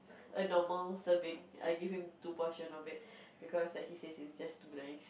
a normal serving I give him two portion of it because like he says it's just too nice